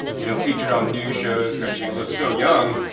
you know, featured on news shows because she looks so young.